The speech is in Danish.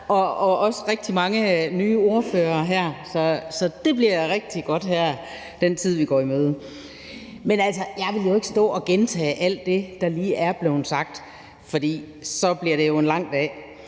og også til de mange nye ordførere her; det bliver rigtig godt i den tid, vi går i møde. Men jeg vil jo altså ikke stå og gentage alt det, der lige er blevet sagt, for så bliver det jo en lang dag.